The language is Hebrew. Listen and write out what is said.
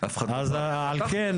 אז שנייה.